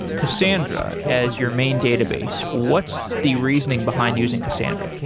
cassandra, as your main database, what's the reasoning behind using cassandra?